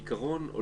בעיקרון,